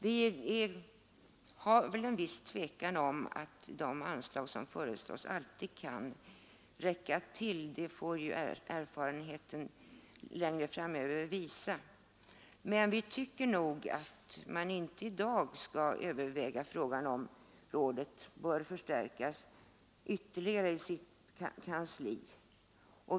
Vi hyser väl vissa tvivel om att de anslag som föreslås kommer att räcka till — det får ju erfarenheten visa längre fram — men vi tycker att man inte i dag skall överväga frågan om rådets kansli bör förstärkas ytterligare.